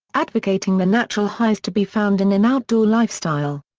advocating the natural highs to be found in an outdoor lifestyle.